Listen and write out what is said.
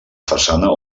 façana